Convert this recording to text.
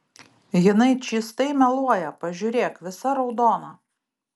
jinai čystai meluoja pažiūrėk visa raudona